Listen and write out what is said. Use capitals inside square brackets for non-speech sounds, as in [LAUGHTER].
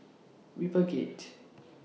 RiverGate [NOISE]